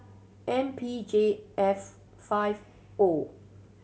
M P J F five O